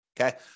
Okay